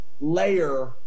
layer